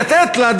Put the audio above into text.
לתת לה,